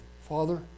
Father